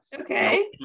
Okay